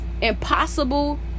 impossible